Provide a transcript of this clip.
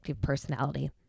personality